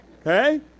Okay